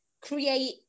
create